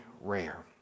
rare